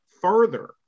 further